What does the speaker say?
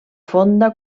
fonda